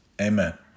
amen